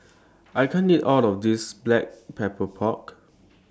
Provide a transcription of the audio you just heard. I can't eat All of This Black Pepper Pork